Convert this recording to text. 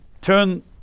turn